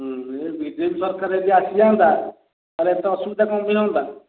ହୁଁ ଏ B J P ସରକାର ଯଦି ଆସି ଯାଆନ୍ତା ତାହାଲେ ଏତେ ଅସୁବିଧା କ'ଣ ପାଇଁ ହୁଅନ୍ତା